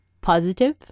positive